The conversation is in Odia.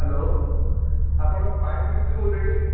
ହ୍ୟାଲୋ ଆପଣ ପାଇପ୍ ମିସ୍ତ୍ରୀ କହୁଥିଲେ ଟି